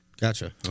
Gotcha